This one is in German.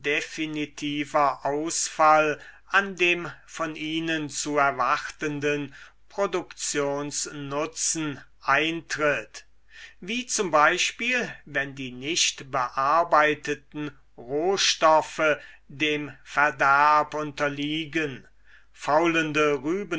definitiver ausfall an dem von ihnen zu erwartenden produktionsnutzen eintritt wie z b wenn die nicht bearbeiteten rohstoffe dem verderb unterliegen faulende